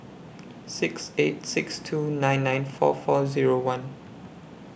six eight six two nine nine four four Zero one